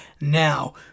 now